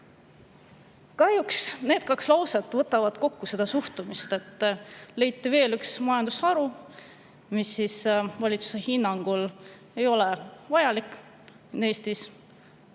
Kahjuks need kaks lauset võtavad kokku selle suhtumise, et leiti veel üks majandusharu, mis valitsuse hinnangul ei ole Eestis